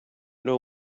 know